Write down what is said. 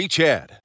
Chad